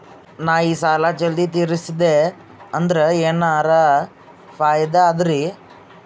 ನಾ ಈ ಸಾಲಾ ಜಲ್ದಿ ತಿರಸ್ದೆ ಅಂದ್ರ ಎನರ ಫಾಯಿದಾ ಅದರಿ?